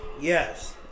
Yes